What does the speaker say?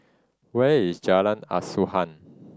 where is Jalan Asuhan